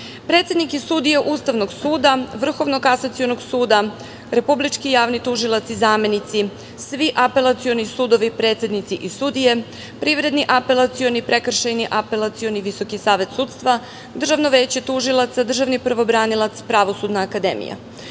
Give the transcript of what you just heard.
predsednik i sudije Ustavnog suda, Vrhovnog kasacionog suda, Republički javni tužilac, zamenici, svi apelacioni sudovi, predsednici i sudije, Privredni apelacioni, Prekršajni apelacioni, Visoki savet sudstva, Državno veće tužilaca, Državni pravobranilac, Pravosudna akademija,